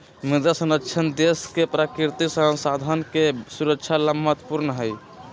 मृदा संरक्षण देश के प्राकृतिक संसाधन के सुरक्षा ला महत्वपूर्ण हई